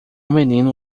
menino